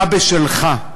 אתה בשלך,